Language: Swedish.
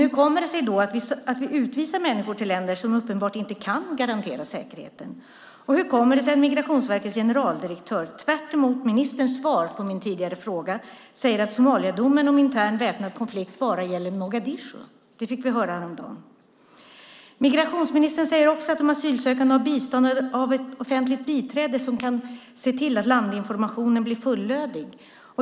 Hur kommer det sig då att vi utvisar människor till länder som uppenbarligen inte kan garantera säkerheten? Hur kommer det sig att Migrationsverkets generaldirektör, tvärt emot ministerns svar på min tidigare fråga, säger att Somaliadomen om intern väpnad konflikt bara gäller Mogadishu? Det fick vi höra häromdagen. Migrationsministern säger också att de asylsökande har bistånd av ett offentligt biträde som kan se till att landinformationen blir fullödig.